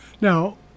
Now